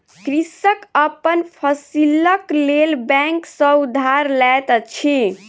कृषक अपन फसीलक लेल बैंक सॅ उधार लैत अछि